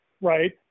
right